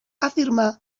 afirmar